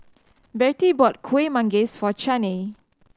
Bertie bought Kuih Manggis for Chaney